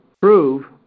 prove